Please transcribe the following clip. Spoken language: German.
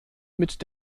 mit